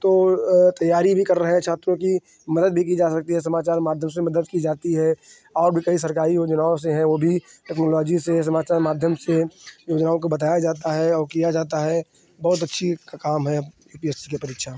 तो तैयारी भी कर रहे छात्रों की मदद भी की जा सकती है समाचार माध्यम से मदद की जाती है और भी कई सरकारी योजनाओं से हैं वह भी टेक्नोलॉजी से समाचार माध्यम से योजनाओं को बताया जाता है और किया जाता है बहुत अच्छा काम है अब यू पी एस सी की परीक्षा